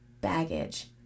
baggage